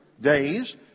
days